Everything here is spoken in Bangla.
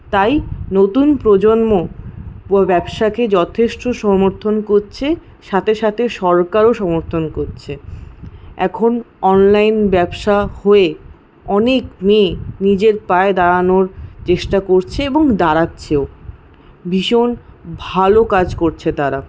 তাই নতুন প্রজন্ম প ব্যবসাকে যথেষ্ট সমর্থন করছে সাথে সাথে সরকারও সমর্থন করছে এখন অনলাইন ব্যবসা হয়ে অনেক মেয়ে নিজের পায়ে দাঁড়ানোর চেষ্টা করছে এবং দাঁড়াচ্ছেও ভীষণ ভালো কাজ করছে তারা